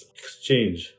exchange